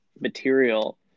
material